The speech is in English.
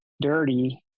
dirty